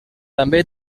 també